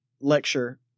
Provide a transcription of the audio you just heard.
lecture